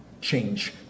Change